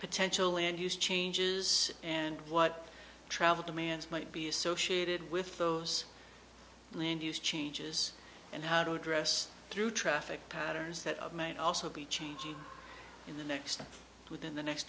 potential land use changes and what travel demands might be associated with those land use changes and how to address through traffic patterns that of may also be changing in the next within the next